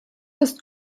ist